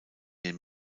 den